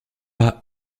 pas